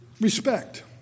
respect